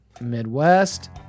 Midwest